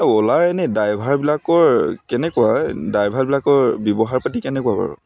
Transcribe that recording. এই অ'লাৰ এনেই ড্ৰাইভাৰবিলাকৰ কেনেকুৱা ড্ৰাইভাৰবিলাকৰ ব্যৱহাৰ পাতি কেনেকুৱা বাৰু